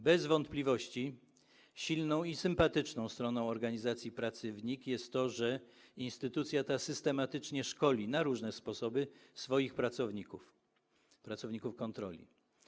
Bez wątpliwości silną i sympatyczną stroną organizacji pracy w NIK jest to, że instytucja ta systematycznie szkoli, na różne sposoby, swoich pracowników kontroli.